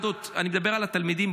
אני מדבר על התלמידים,